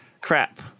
crap